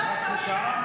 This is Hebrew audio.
מתי שתביא לי את